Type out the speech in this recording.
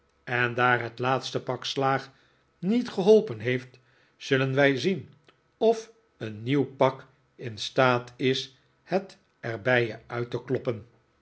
en daar het laatste pak slaag niet geholpen heeft zullen wij zien of een nieuw pak in staat is het er bij je uit te kloppen